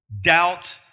doubt